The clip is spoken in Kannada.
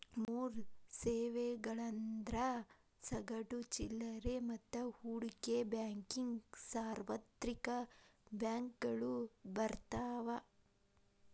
ಮೂರ್ ಸೇವೆಗಳಂದ್ರ ಸಗಟು ಚಿಲ್ಲರೆ ಮತ್ತ ಹೂಡಿಕೆ ಬ್ಯಾಂಕಿಂಗ್ ಸಾರ್ವತ್ರಿಕ ಬ್ಯಾಂಕಗಳು ಬರ್ತಾವ